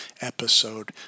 episode